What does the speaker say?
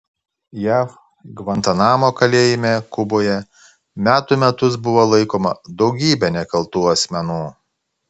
jav gvantanamo kalėjime kuboje metų metus buvo laikoma daugybė nekaltų asmenų